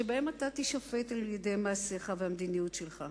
שבהם אתה תישפט על-ידי מעשיך והמדיניות שלך.